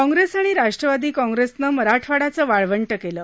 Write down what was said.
काँग्रेस आणि राष्ट्रवादी काँग्रेसनं मराठवाड्याचं वाळवंट केलं